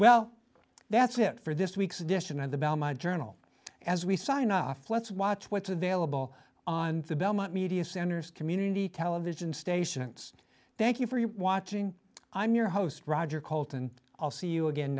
well that's it for this week's edition of the bell my journal as we sign off let's watch what's available on the belmont media centers community television stations thank you for your watching i'm your host roger cult and i'll see you again